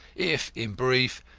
if, in brief,